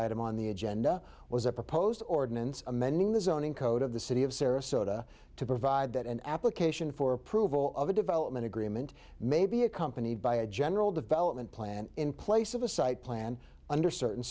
item on the agenda was a proposed ordinance amending the zoning code of the city of sarasota to provide that an application for approval of a development agreement may be accompanied by a general development plan in place of a site plan under certain